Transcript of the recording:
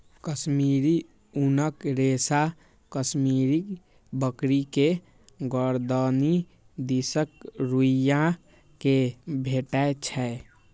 कश्मीरी ऊनक रेशा कश्मीरी बकरी के गरदनि दिसक रुइयां से भेटै छै